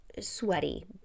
sweaty